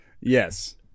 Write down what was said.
Yes